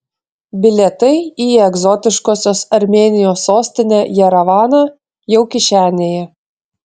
bilietai į egzotiškosios armėnijos sostinę jerevaną jau kišenėje